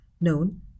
known